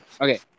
okay